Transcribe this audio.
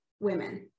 women